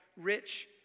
rich